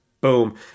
Boom